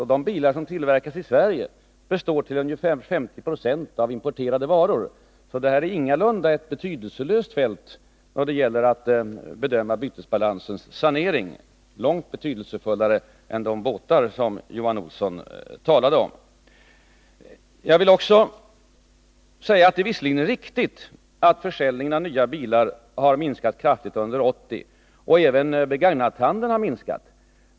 Och de bilar som tillverkas i Sverige består till bilar 50 90 av importerade varor. Bilhandeln är således ingalunda ett betydelselöst fält när det gäller att bedöma bytesbalansens sanering — den är långt betydelsefullare än de båtar som Johan Olsson talade om. Jag vill också säga att det visserligen är riktigt att försäljningen av nya bilar har minskat kraftigt under 1980. Även handeln med begagnade bilar har minskat.